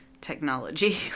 technology